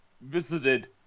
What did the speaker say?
visited